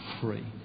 free